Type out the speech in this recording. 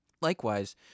Likewise